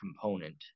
component